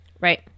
Right